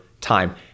time